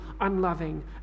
unloving